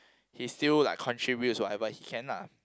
he still like contribute whatever he can lah